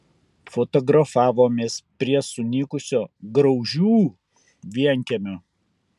fotografavomės prie sunykusio graužių vienkiemio